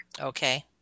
Okay